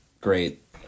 great